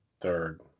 third